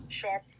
sharp